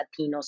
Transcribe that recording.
Latinos